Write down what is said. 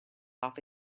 off